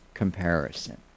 comparison